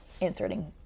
inserting